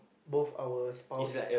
both our spouse